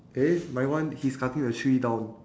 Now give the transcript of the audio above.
eh my one he's cutting a tree down